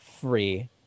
free